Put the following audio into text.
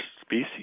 species